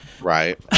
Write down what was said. Right